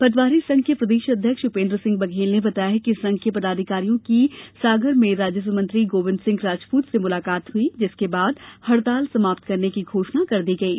पटवारी संघ के प्रदेश अध्यक्ष उपेन्द्र सिंह बघेल ने बताया कि संघ के पदाधिकारियों की सागर में राजस्व मंत्री गोविंद सिंह राजपूत से मुलाकात हुई जिसके बाद हड़ताल समाप्त करने की घोषणा कर दी गयी